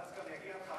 ואז יגיע לך,